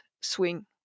swing